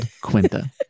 Quinta